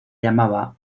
llamaba